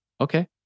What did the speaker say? Okay